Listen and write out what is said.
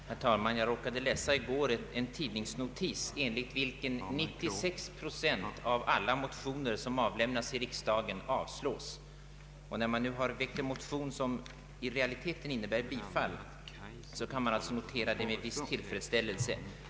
Herr talman! I går råkade jag läsa en tidningsnotis, enligt vilken 96 procent av alla motioner i riksdagen avslogs. När man nu har väckt en motion, vars syfte i realiteten stötts av utskottet, kan man alltså notera det med viss tillfredsställelse.